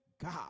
God